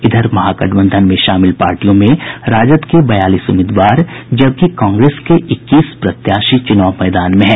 इधर महागठबंधन में शामिल पार्टियों में राष्ट्रीय जनता दल के बयालीस उम्मीदवार जबकि कांग्रेस के इक्कीस प्रत्याशी चुनाव मैदान में है